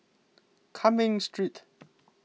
Cumming Street